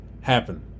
happen